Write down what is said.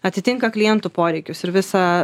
atitinka klientų poreikius ir visą